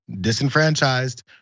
disenfranchised